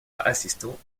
assistant